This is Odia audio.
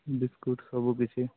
ବିସ୍କୁଟ୍ ସବୁକିଛି